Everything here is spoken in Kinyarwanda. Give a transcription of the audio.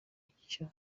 icyo